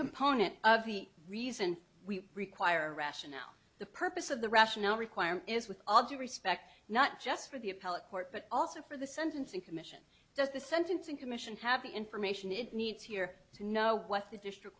component of the reason we require a rationale the purpose of the rationale required is with all due respect not just for the appellate court but also for the sentencing commission does the sentencing commission have the information it needs here to know what the district